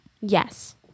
Yes